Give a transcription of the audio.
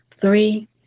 Three